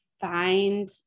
find